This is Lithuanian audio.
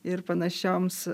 ir panašioms